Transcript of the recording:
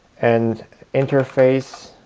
and interface